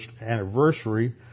anniversary